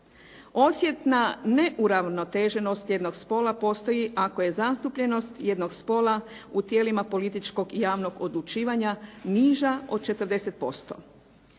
Osjetna neuravnoteženost jednog spola postoji ako je zastupljenost jednog spola u tijelima političkog i javnog odlučivanja niža od 40%.